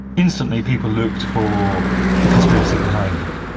instantly people looked for the conspiracy behind it.